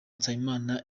nsabimana